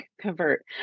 convert